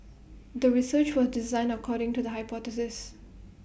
the research was designed according to the hypothesis